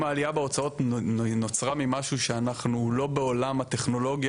אם העלייה בהוצאות נוצרה ממשהו שאנחנו לא בעולם הטכנולוגיה